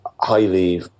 highly